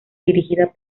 dirigida